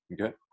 Okay